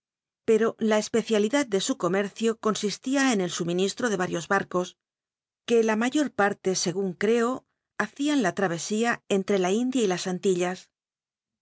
pcro la especialidad de su comercio con istia en el suministro de rarios barcos que la mayor partr eo ha ian la ll'aycsia cntl la india y las segun cr antillas